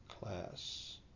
class